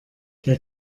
der